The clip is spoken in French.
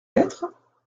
lettre